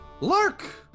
Lark